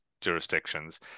jurisdictions